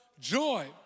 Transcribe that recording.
joy